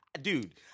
Dude